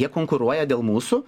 jie konkuruoja dėl mūsų